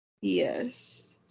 yes